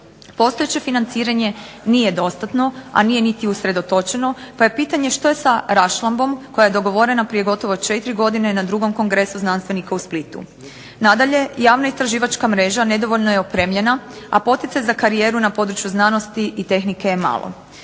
Postojeće financiranje nije dostatno, a nije niti usredotočeno pa je pitanje što je sa raščlambom koja je dogovorena prije gotovo 4 godine na 2. Kongresu znanstvenika u Splitu. Nadalje, javna istraživačka mreža nedovoljno je opremljena, a poticaj za karijeru na području znanosti i tehnike je malo.